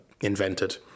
invented